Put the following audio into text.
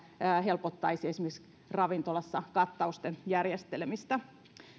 helpottaisi esimerkiksi ravintolassa kattausten järjestelemistä